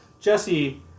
Jesse